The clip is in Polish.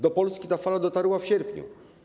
Do Polski ta fala dotarła w sierpniu.